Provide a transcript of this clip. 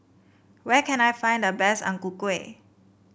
where can I find the best Ang Ku Kueh